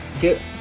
get